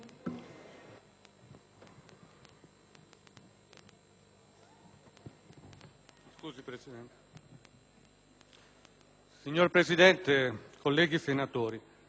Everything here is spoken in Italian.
Signor Presidente, colleghi senatori, abbiamo assistito a un dibattito nel quale